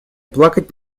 плакать